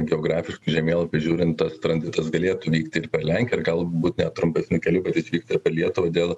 geografiškai žemėlapį žiūrint tas tranzitas galėtų vykti ir per lenkiją ir galbūt net trumpesniu keliu bet jis vyksta per lietuvą dėl